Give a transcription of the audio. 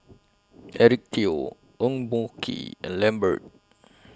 Eric Teo Eng Boh Kee and Lambert